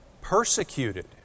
Persecuted